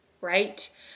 right